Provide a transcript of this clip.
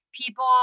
People